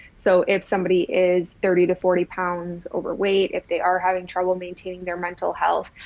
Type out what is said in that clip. so if somebody is thirty to forty pounds overweight, if they are having trouble maintaining their mental health,